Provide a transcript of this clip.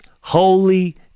holy